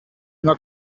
una